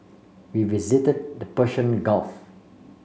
we visited the Persian Gulf